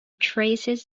traces